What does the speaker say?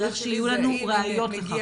צריך שיהיו לנו ראיות לכך.